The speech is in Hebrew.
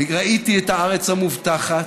ראיתי את הארץ המובטחת,